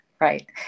Right